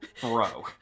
bro